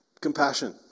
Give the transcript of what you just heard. Compassion